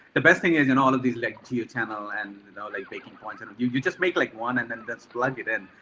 the best thing is in all of these like cue channel and and like baking points in a view, you just make like one and then plug it in.